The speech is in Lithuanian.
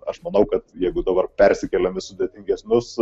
aš manau kad jeigu dabar persikeliam į sudėtingesnius